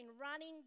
running